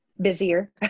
busier